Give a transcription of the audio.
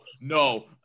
no